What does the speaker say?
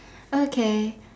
okay